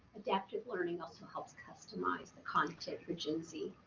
adaptive learning also helps customize the content for gen z.